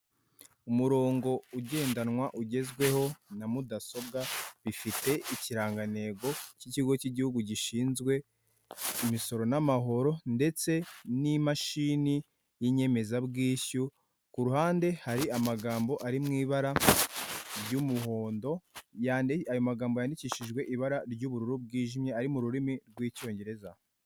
Umurongo ugendanwa ugezweho na mudasobwa bifite ikirangantego k'ikigo k'Igihugu gishinzwe imisoro n'amahoro ndetse n'imashini y'inyemezabwishyu kuruhande hari amagambo ari mu ibara ry'umuhondo ayo yandi magambo yandikishijwe ibara ry'ubururu bwijimye ari mu rurimi rw'Icyongereza.